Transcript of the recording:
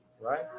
right